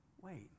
Wait